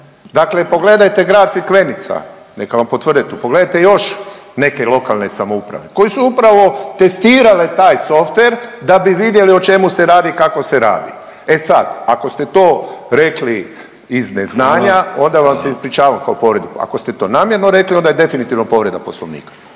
Dakle, pogledajte Grad Crikvenica neka vam potvrde, pogledajte još neke lokalne samouprave koje su upravo testirale taj softver da bi vidjele o čemu se radi i kako se radi. E sad ako ste to rekli iz neznanja …/Upadica: Hvala./… onda vam se ispričavam kao kolegi, ako ste to namjerno rekli onda je definitivno povreda Poslovnika.